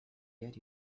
get